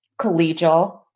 collegial